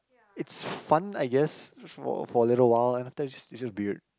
it's fun I guess for for a little while and after that just it's just weird